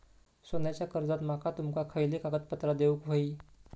सोन्याच्या कर्जाक माका तुमका खयली कागदपत्रा देऊक व्हयी?